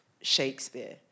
Shakespeare